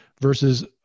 versus